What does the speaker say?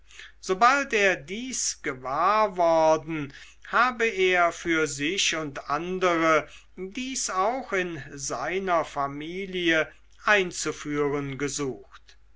sobald er dies gewahr worden habe er für sich und andere dies auch in seiner familie einzuführen gesucht